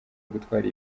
ugutwara